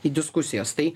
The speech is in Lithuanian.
į diskusijas tai